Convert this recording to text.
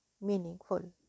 meaningful